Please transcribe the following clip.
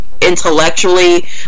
intellectually